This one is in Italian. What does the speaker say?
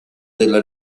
della